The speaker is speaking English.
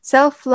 Self